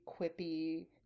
quippy